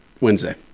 Wednesday